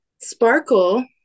sparkle